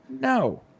No